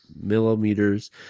millimeters